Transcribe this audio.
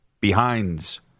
behinds